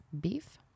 Beef